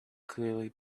clearly